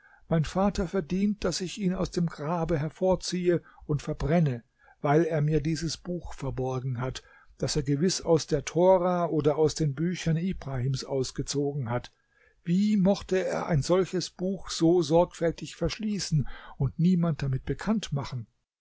mein vater verdient daß ich ihn aus dem grabe hervorziehe und verbrenne weil er mir dieses buch verborgen hat das er gewiß aus der tora oder aus den büchern ibrahims ausgezogen hat wie mochte er ein solches buch so sorgfältig verschließen und niemand damit bekanntmachen